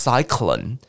Cyclone